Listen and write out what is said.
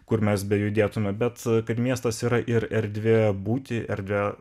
kur mes bejudėtume bet kad miestas yra ir erdvė būti erdve